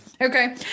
okay